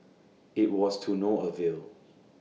IT was to no avail